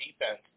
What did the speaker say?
defense